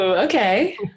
Okay